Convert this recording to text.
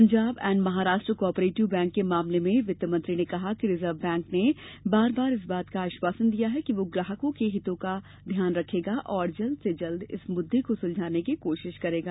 Punjab and Maharashtra cooperative bank के मामले में वित्तमंत्री ने कहा कि रिजर्व बैंक ने बारबार इस बात का आश्वासन दिया है कि वह ग्राहकों के हितों का ध्यान रखेगा और जल्द से जल्द इस मुद्दे को सुलझाने की कोशीश करेगा